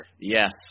Yes